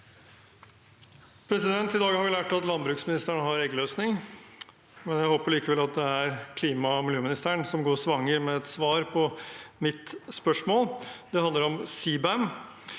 I dag har vi lært at landbruksministeren har eggløsning. Jeg håper likevel at det er klima- og miljøministeren som går svanger med et svar på mitt spørsmål. Det handler om CBAM,